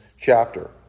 chapter